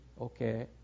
okay